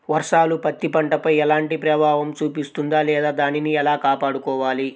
వర్షాలు పత్తి పంటపై ఎలాంటి ప్రభావం చూపిస్తుంద లేదా దానిని ఎలా కాపాడుకోవాలి?